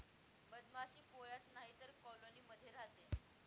मधमाशी पोळ्यात नाहीतर कॉलोनी मध्ये राहते